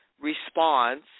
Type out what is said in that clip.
response